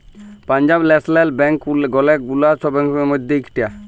Punjab National Bank ওলেক গুলা সব ব্যাংকের মধ্যে ইকটা